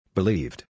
Believed